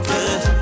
Good